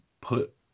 put